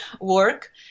work